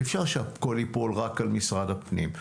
אי-אפשר שהכול ייפול רק על משרד הפנים.